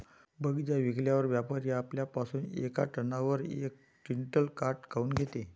बगीचा विकल्यावर व्यापारी आपल्या पासुन येका टनावर यक क्विंटल काट काऊन घेते?